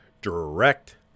direct